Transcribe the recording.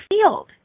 field